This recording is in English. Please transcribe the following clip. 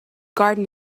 garden